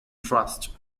trust